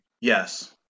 Yes